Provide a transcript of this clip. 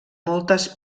moltes